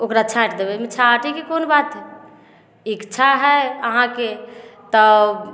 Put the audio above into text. ओकरा छाँटि देबै एहिमे छाँटैके कोन बात हइ इच्छा हइ अहाँके तऽ